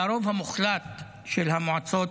לרוב המוחלט של המועצות